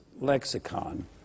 lexicon